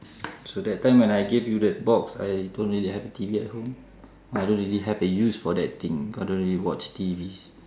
so that time when I gave you that box I don't really have a T_V at home I don't really have a use for that thing cause I don't really watch T_Vs